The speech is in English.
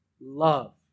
Love